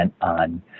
on